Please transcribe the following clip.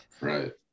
Right